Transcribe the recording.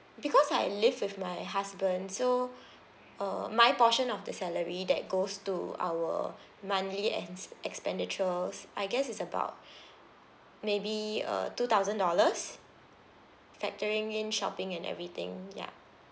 because I live with my husband so uh my portion of the salary that goes to our monthly ends expenditure I guess is about maybe uh two thousand dollars factoring in shopping and everything ya